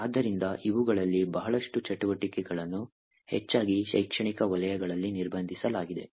ಆದ್ದರಿಂದ ಇವುಗಳಲ್ಲಿ ಬಹಳಷ್ಟು ಚಟುವಟಿಕೆಗಳನ್ನು ಹೆಚ್ಚಾಗಿ ಶೈಕ್ಷಣಿಕ ವಲಯಗಳಲ್ಲಿ ನಿರ್ಬಂಧಿಸಲಾಗಿದೆ